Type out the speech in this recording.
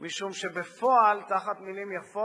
משום שבפועל, תחת מלים יפות,